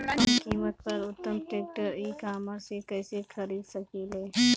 कम कीमत पर उत्तम ट्रैक्टर ई कॉमर्स से कइसे खरीद सकिले?